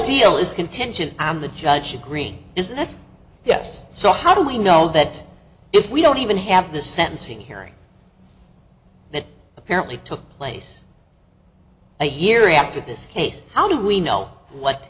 deal is contingent and the judge should greene is that yes so how do we know that if we don't even have the sentencing hearing that apparently took place a year after this case how do we know what